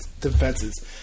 defenses